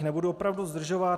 Nebudu opravdu zdržovat.